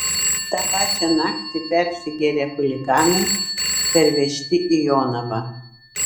tą pačią naktį persigėrę chuliganai pervežti į jonavą